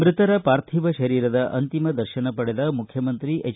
ಮ್ಬತರ ಪಾರ್ಥಿವ ಶರೀರದ ಅಂತಿಮ ದರ್ಶನ ಪಡೆದ ಮುಖ್ಯಮಂತ್ರಿ ಎಚ್